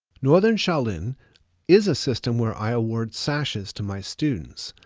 northern shoalin is a system where i award sashes to my students,